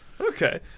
Okay